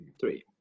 three